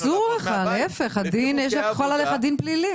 אסור לך, יכול לחול עליך הדין הפלילי.